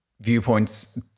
viewpoints